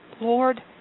Lord